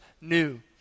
new